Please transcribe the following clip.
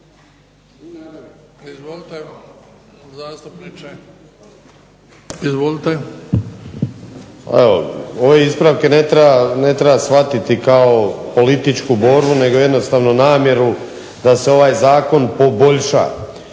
(HDSSB)** Pa evo ove ispravke ne treba shvatiti kao političku borbu nego jednostavno namjeru da se ovaj zakon poboljša